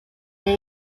lane